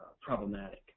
problematic